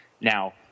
Now